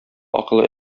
акылы